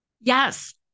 Yes